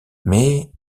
mais